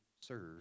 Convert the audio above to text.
serve